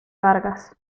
vargas